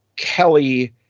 Kelly